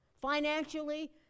financially